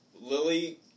Lily